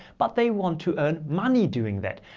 but they want to earn money doing that.